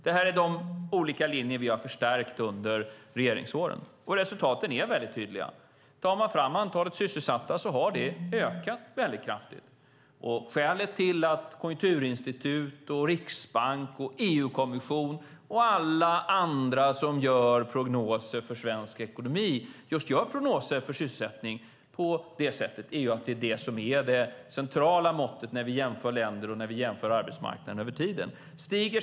Detta är de olika linjer som vi har förstärkt under regeringsåren, och resultaten är mycket tydliga. Antalet sysselsatta har ökat mycket kraftigt. Skälet till att Konjunkturinstitutet, Riksbanken, EU-kommissionen och alla andra som gör prognoser för svensk ekonomi just gör prognoser för sysselsättningen på det sättet är att det är det som är det centrala måttet när vi jämför länder och när vi jämför arbetsmarknad över tiden.